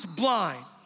blind